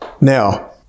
Now